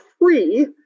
free